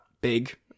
big